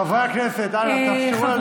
חברי הכנסת, אנא אפשרו לה לדבר.